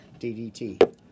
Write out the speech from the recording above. DDT